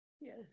yes